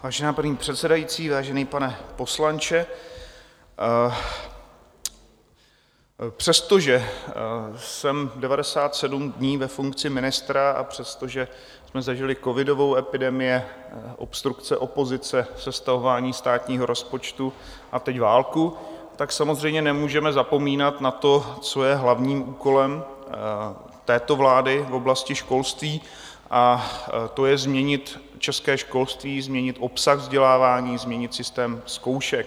Vážená paní předsedající, vážený pane poslanče, přestože jsem 97 dní ve funkci ministra a přestože jsme zažili covidovou epidemii, obstrukce opozice, sestavování státního rozpočtu a teď válku, samozřejmě nemůžeme zapomínat na to, co je hlavním úkolem této vlády v oblasti školství, a to je změnit české školství, změnit obsah vzdělávání, změnit systém zkoušek.